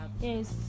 yes